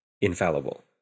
infallible